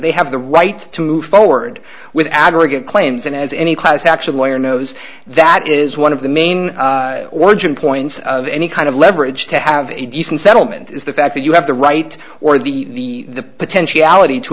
they have the right to move forward with aggregate claims and as any class action lawyers knows that is one of the main origin points of any kind of leverage to have a decent settlement is the fact that you have the right or the potential